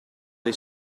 dei